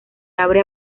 abre